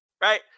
Right